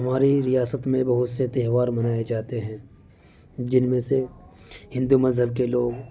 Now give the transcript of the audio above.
ہماری ریاست میں بہت سے تہوار منائے جاتے ہیں جن میں سے ہندو مذہب کے لوگ